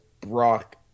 Brock